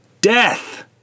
death